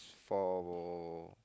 for